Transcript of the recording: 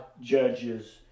judges